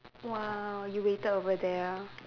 !wow! you waited over there ah